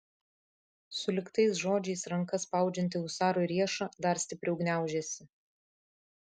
sulig tais žodžiais ranka spaudžianti husarui riešą dar stipriau gniaužėsi